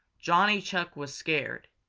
johnny chuck was scared.